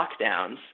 lockdowns